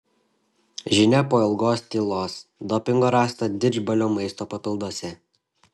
žinia po ilgos tylos dopingo rasta didžbalio maisto papilduose